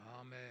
Amen